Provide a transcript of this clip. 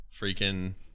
Freaking